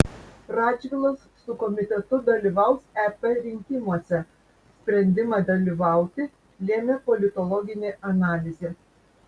radžvilas su komitetu dalyvaus ep rinkimuose sprendimą dalyvauti lėmė politologinė analizė